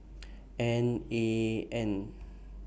N A N